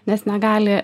nes negali